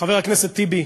חבר הכנסת טיבי,